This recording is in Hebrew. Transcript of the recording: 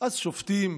אז שופטים.